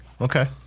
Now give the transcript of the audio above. Okay